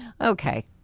okay